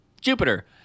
Jupiter